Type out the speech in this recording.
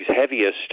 heaviest